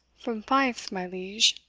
from fife, my liege,